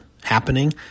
happening